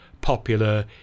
popular